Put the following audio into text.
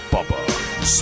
Bubba